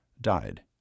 died